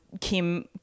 Kim –